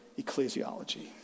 ecclesiology